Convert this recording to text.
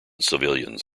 civilians